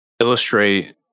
illustrate